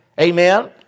Amen